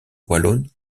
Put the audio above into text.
wallonne